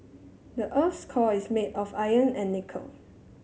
the earth's core is made of iron and nickel